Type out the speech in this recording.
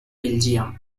belgium